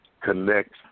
connect